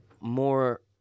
more